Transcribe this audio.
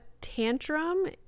tantrum